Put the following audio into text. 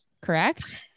correct